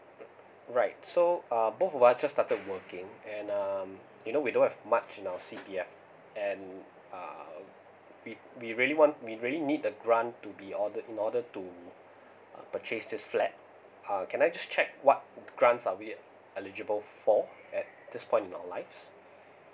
alright so uh both of us just started working and um you know we don't have much in our C P F and uh we we really want we really need the grant to be ordered in order to uh purchase this flat uh can I just check what grants are we eligible for at this point in our lives